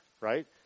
right